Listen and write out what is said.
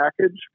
package